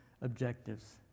objectives